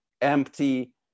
empty